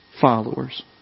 followers